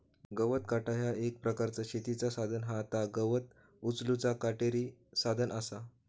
गवत काटा ह्या एक प्रकारचा शेतीचा साधन हा ता गवत उचलूचा काटेरी साधन असा